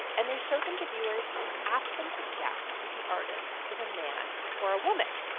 and they showed them to viewers and asked them to guess if the artist was a man or a woman,